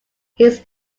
his